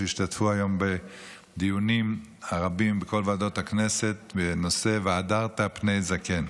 שהשתתפו היום בדיונים הרבים בכל ועדות הכנסת בנושא "והדרת פני זקן".